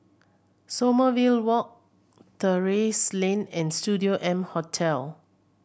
Sommerville Walk Terrasse Lane and Studio M Hotel